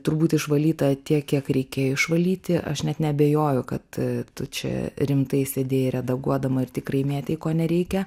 turbūt išvalyta tiek kiek reikėjo išvalyti aš net neabejoju kad tu čia rimtai sėdėjai redaguodama ir tikrai mėtei ko nereikia